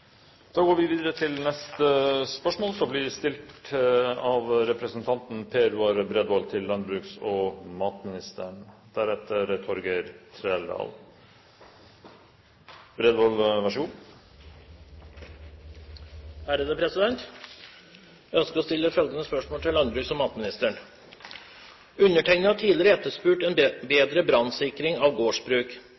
Da går vi tilbake til spørsmål 18. Jeg ønsker å stille følgende spørsmål til landbruks- og matministeren: «Undertegnede har tidligere etterspurt en